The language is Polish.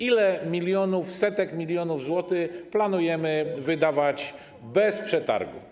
Ile milionów, setek milionów złotych planujemy wydać bez przetargu?